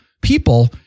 people